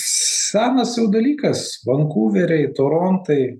senas jau dalykas vankuveriai torontai